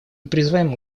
призываем